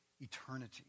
eternity